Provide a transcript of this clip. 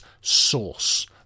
source